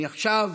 אני עכשיו